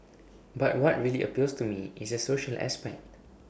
but what really appeals to me is the social aspect